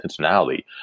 intentionality